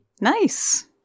Nice